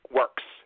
works